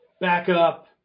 backup